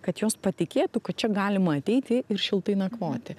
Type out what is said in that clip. kad jos patikėtų kad čia galima ateiti ir šiltai nakvoti